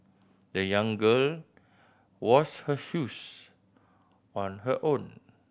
the young girl washed her shoes on her own